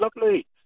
lovely